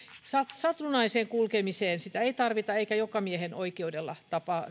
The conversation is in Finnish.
satunnaiseen kulkemiseen sitä ei tarvita eikä jokamiehenoikeudella